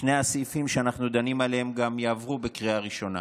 שני הסעיפים שאנחנו דנים עליהם גם יעברו בקריאה הראשונה.